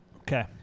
Okay